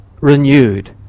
renewed